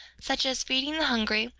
such as feeding the hungry,